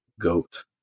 goat